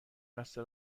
بسته